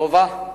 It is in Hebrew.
לובה,